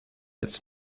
its